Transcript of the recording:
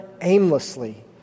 aimlessly